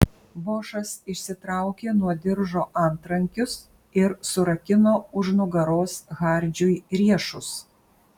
bošas išsitraukė nuo diržo antrankius ir surakino už nugaros hardžiui riešus